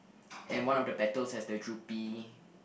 and one of the petals has the droopy